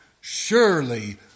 surely